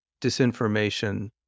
disinformation